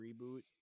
reboot